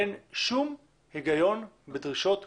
אין שום היגיון בדרישות גורפות.